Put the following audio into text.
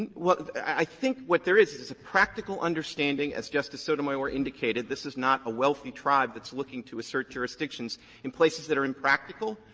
and i think what there is is a practical understanding as justice sotomayor indicated, this is not a wealthy tribe that's looking to assert jurisdictions in places that are impractical.